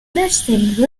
emergency